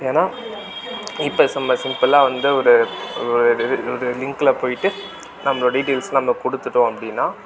ஏன்னால் இப்போ சிம்ம சிம்பிளாக வந்து ஒரு இது இது இந்த லிங்க்கில் போய்விட்டு நம்ம டீட்டெயில்ஸ் நம்ம கொடுத்துட்டோம் அப்படின்னா